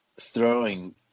throwing